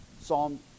Psalm